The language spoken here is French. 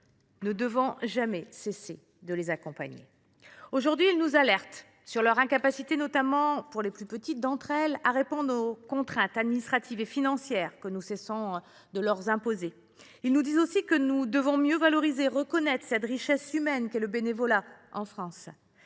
nous ne devons jamais cesser de les accompagner. Aujourd’hui, elles nous alertent, notamment les plus petites d’entre elles, sur leur incapacité à faire face aux contraintes administratives et financières que nous ne cessons de leur imposer. Elles nous disent aussi que nous devons mieux valoriser et reconnaître cette richesse humaine qu’est le bénévolat en France.